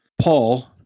Paul